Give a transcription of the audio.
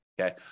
okay